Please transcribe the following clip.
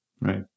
Right